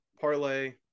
parlay